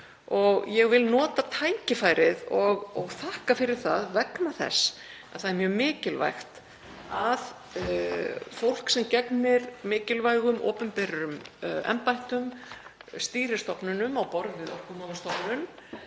Ég vil nota tækifærið og þakka fyrir það vegna þess að það er mjög mikilvægt að fólk sem gegnir mikilvægum opinberum embættum, stýrir stofnunum á borð við Orkumálastofnun,